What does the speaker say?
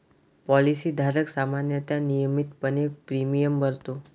policy धारक सामान्यतः नियमितपणे प्रीमियम भरतो